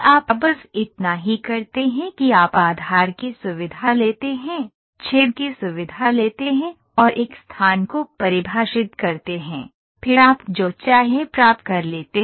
आप बस इतना ही करते हैं कि आप आधार की सुविधा लेते हैं छेद की सुविधा लेते हैं और एक स्थान को परिभाषित करते हैं फिर आप जो चाहें प्राप्त कर लेते हैं